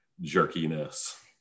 jerkiness